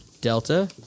Delta